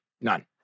none